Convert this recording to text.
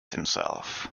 himself